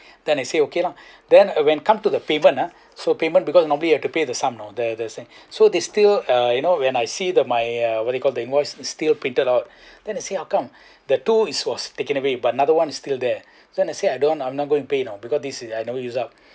then he say okay lah then when come to the payment ah so payment because normally you have to pay the sum you know the the sum so they still uh you know when I see the my uh what you call the invoice they still printed out then I say how come the two it was taken away by another one is still there then I say I don't I'm not going to pay you know because this is I never use up